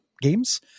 games